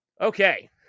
Okay